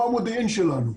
הוא המודיעין שלנו.